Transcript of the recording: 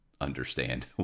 understand